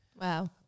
Wow